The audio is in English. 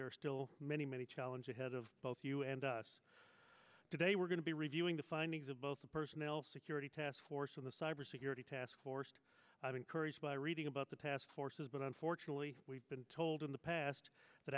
are still many many challenge ahead of both you and today we're going to be reviewing the findings of both the personnel security task force and the cyber security task force encouraged by reading about the task forces but unfortunately we've been told in the past that